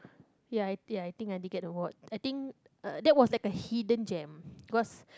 ya I ya I think I did get award I think uh that was like a hidden gem because